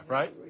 Right